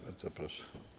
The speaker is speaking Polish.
Bardzo proszę.